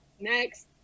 next